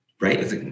Right